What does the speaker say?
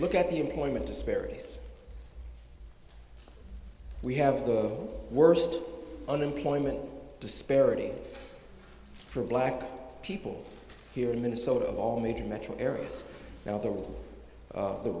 look at the employment disparities we have the worst unemployment disparity for black people here in minnesota of all major metro areas now th